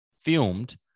filmed